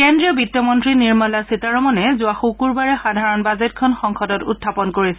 কেন্দ্ৰীয় বিত্তমন্তী নিৰ্মলা সীতাৰমনে যোৱা শুকূৰবাৰে সাধাৰণ বাজেটখন সংসদত উখাপন কৰিছিল